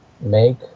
make